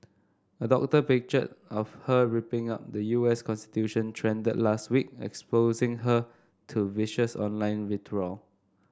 a doctored picture of her ripping up the U S constitution trended last week exposing her to vicious online vitriol